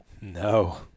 No